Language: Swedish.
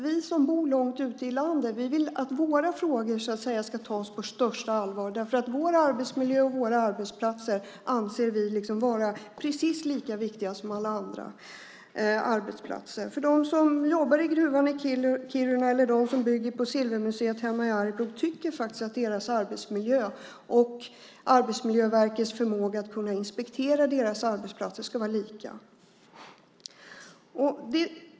Vi som bor långt ute i landet vill att våra frågor ska tas på största allvar. Vi anser att vår arbetsmiljö och våra arbetsplatser är precis lika viktiga som alla andra arbetsplatser. De som jobbar i gruvan i Kiruna eller bygger på Silvermuseet hemma i Arjeplog tycker att deras arbetsmiljö och Arbetsmiljöverkets förmåga att kunna inspektera deras arbetsplatser ska vara lika viktig.